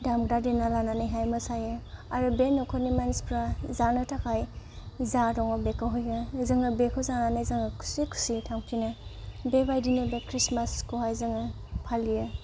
दामग्रा देना लानानैहाय मोसायो आरो बे न'खरनि मानसिफोरा जानो थाखाय जा दङ बेखौ होयो जोङो बेखौ जानानै जोङो खुसि खुसि थांफिनो बेबायदिनो बे ख्रिस्टमासखौहाय जोङो फालियो